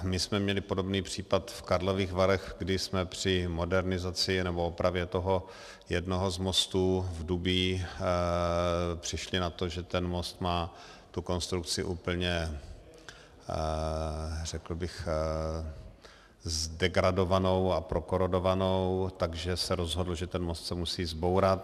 My jsme měli podobný případ v Karlových Varech, kdy jsme při modernizaci nebo opravě toho jednoho z mostů v Doubí přišli na to, že ten most má tu konstrukci úplně řekl bych zdegradovanou a prokorodovanou, takže se rozhodlo, že se most musí zbourat.